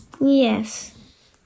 Yes